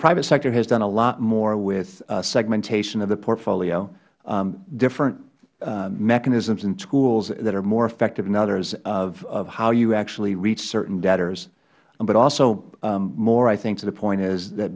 private sector has done a lot more with segmentation of the portfolio different mechanisms and tools that are more effective than others of how you actually reach certain debtors but also more i think to the point is that